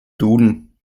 duden